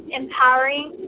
empowering